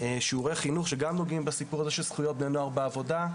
שיעורי חינוך שגם נוגעים בזכויות בני נוער בעבודה,